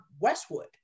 Westwood